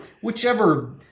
whichever